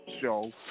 show